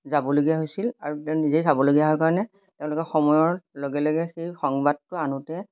যাবলগীয়া হৈছিল আৰু তেওঁ নিজেই চাবলগীয়া হয় কাৰণে তেওঁলোকে সময়ৰ লগে লগে সেই সংবাদটো আনোতে